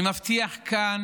אני מבטיח כאן